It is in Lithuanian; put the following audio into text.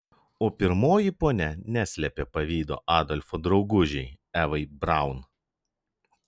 o pirmoji ponia neslėpė pavydo adolfo draugužei evai braun